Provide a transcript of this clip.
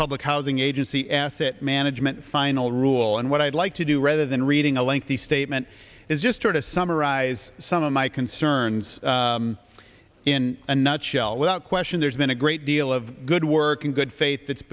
public housing agency asset management final rule and what i'd like to do rather than reading a lengthy statement is just to summarize some of my concerns in a nutshell without question there's been a great deal of good work in good faith